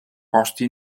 posti